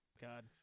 God